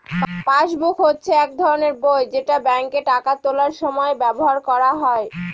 passbook হচ্ছে এক ধরনের বই যেটা ব্যাঙ্কে টাকা তোলার সময় ব্যবহার করা হয়